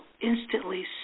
instantly